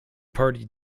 party